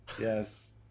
Yes